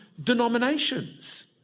denominations